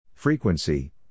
Frequency